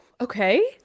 okay